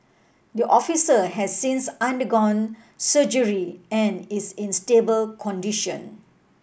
the officer has since undergone surgery and is in stable condition